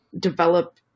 develop